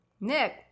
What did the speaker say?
Nick